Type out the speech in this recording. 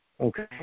Okay